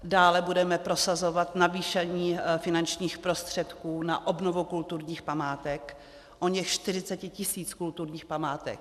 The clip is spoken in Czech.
Dále budeme prosazovat navýšení finančních prostředků na obnovu kulturních památek, oněch 40 tis. kulturních památek.